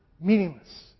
meaningless